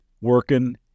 working